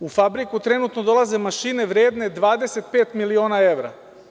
U fabriku trenutno dolaze mašine vredne 25 miliona evra.